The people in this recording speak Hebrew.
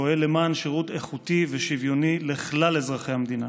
פועל למען שירות איכותי ושוויוני לכלל אזרחי המדינה.